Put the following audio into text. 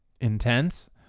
intense